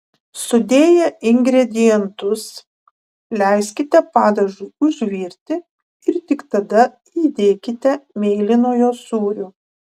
sudėję ingredientus leiskite padažui užvirti ir tik tada įdėkite mėlynojo sūrio